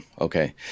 Okay